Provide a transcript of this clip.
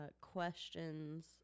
questions